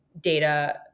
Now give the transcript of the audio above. data